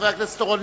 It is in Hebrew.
חבר הכנסת אורון,